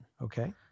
Okay